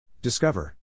Discover